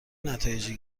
نتایجی